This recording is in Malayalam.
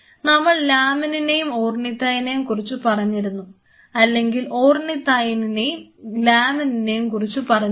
നമ്മൾ ലാമിനിനേയും ഓർനിതൈനിനേയും കുറിച്ച് പറഞ്ഞിരുന്നു അല്ലെങ്കിൽ ഓർനിതൈനിനേയും ലാമിനിനേയും കുറിച്ച് പറഞ്ഞിരുന്നു